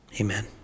Amen